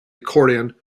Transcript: accordion